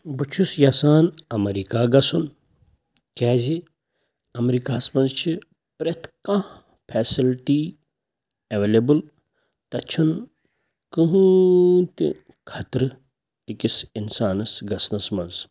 بہٕ چھُس یَژھان اَمریٖکہ گَژھُن کیٛازِ اَمریٖکاہس منٛز چھِ پرٛٮ۪تھ کانٛہہ فیسَلٹی اٮ۪ویلیبٕل تَتہِ چھُنہٕ کٕہۭنۍ تہِ خَطرٕ أکِس اِنسانَس گَژھنَس منٛز